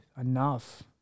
enough